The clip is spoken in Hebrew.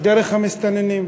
דרך המסתננים.